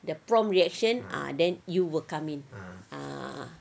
the prompt reaction ah then you will come in ah